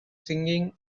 singing